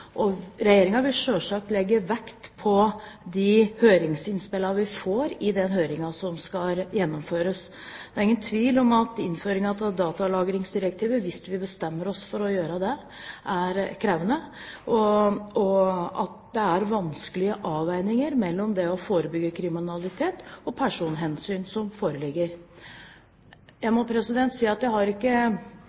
vil selvsagt legge vekt på de høringsinnspillene vi får i den høringen som skal gjennomføres. Det er ingen tvil om at innføringen av datalagringsdirektivet, hvis vi bestemmer oss for å innføre det, er krevende, og at det foreligger vanskelige avveininger mellom det å forebygge kriminalitet og personhensyn. Jeg må si at jeg har ikke